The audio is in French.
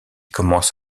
commence